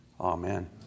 Amen